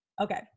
Okay